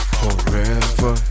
forever